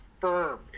firm